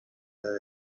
ولی